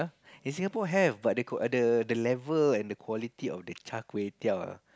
in Singapore have but the co~ the the level and the quality of the char-kway-teow ah